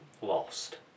lost